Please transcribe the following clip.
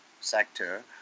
sector